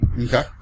Okay